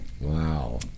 Wow